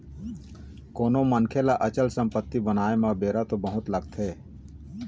कोनो मनखे ल अचल संपत्ति बनाय म बेरा तो बहुत लगथे